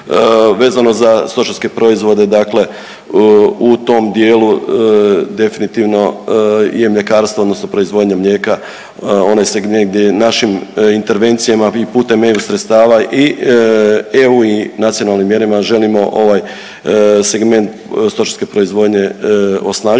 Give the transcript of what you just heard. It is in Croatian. Vezano za stočarske proizvode dakle u tom dijelu definitivno je mljekarstvo odnosno proizvodnja mlijeka onaj segment gdje našim intervencijama vi putem EU sredstava i EU i nacionalnim mjerama želimo ovaj segment stočarske proizvodnje osnažiti,